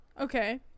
Okay